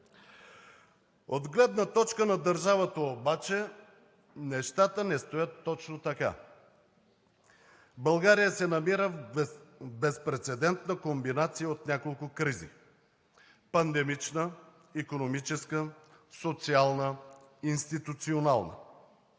От гледна точка на държавата обаче нещата не стоят точно така. България се намира в безпрецедентна комбинация от няколко кризи – пандемична, икономическа, социална, институционална.